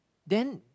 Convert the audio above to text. then